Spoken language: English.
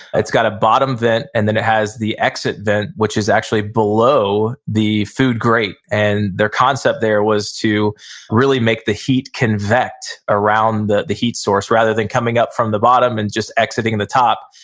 it's got a bottom vent and then it has the exit vent, which is actually below the food grate. and their concept there was to really make the heat convect around the the heat source rather than coming up from the bottom and just exiting at the top.